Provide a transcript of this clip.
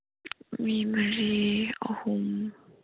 ꯃꯤ ꯃꯔꯤ ꯑꯍꯨꯝ